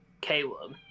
caleb